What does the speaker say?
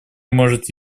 может